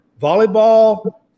volleyball